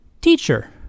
Teacher